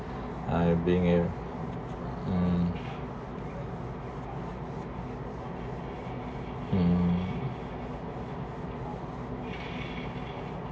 I being um um